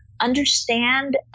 understand